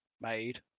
made